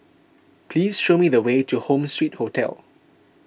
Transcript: please show me the way to Home Suite Hotel